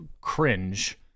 cringe